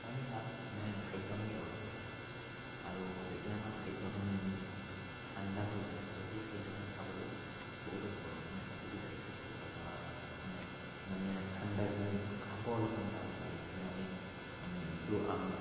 কম ভাগ মানে খাদ্যখিনি গৰম হৈ থাকে আৰু যেতিয়া আমাৰ খাদ্যখিনি মানে ঠাণ্ডা হৈ যায় তো সেই খাদ্যখিনি খাবলৈ বহুতো মানে অসুবিধাৰ সৃষ্টি হয় বা আপোনাৰ মানে ঠাণ্ডা দিন খাব অলপ মান টান পায় যিটো মানে মানে ইটো আম